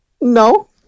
No